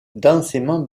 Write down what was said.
densément